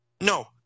No